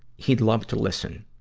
he'd love to listen.